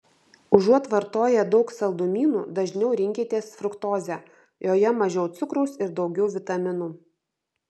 užuot vartoję daug saldumynų dažniau rinkitės fruktozę joje mažiau cukraus ir daugiau vitaminų